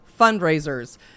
fundraisers